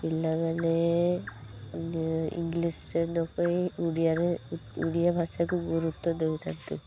ପିଲାମାନେ ଇଂଲିଶରେ ନ କହି ଓଡ଼ିଆରେ ଓଡ଼ିଆଭାଷାକୁ ଗୁରୁତ୍ୱ ଦଉ ଥାଆନ୍ତୁ